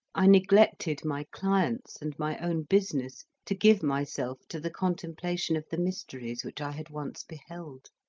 i neglected my clients and my own business to give myself to the contemplation of the mysteries which i had once beheld,